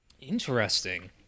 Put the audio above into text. Interesting